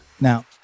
Now